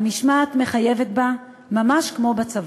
המשמעת מחייבת בה ממש כמו בצבא.